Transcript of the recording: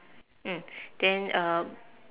mm then uh